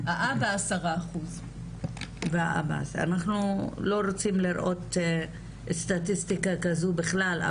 והאבא 10%. אנחנו לא רוצים לראות סטטיסטיקה כזו בכלל,